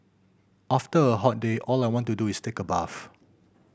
after a hot day all I want to do is take a bath